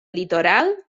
litoral